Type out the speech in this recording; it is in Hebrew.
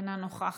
אינה נוכחת,